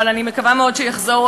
אבל אני מקווה מאוד שהוא יחזור,